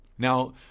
Now